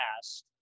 past